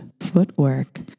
footwork